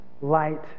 light